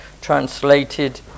translated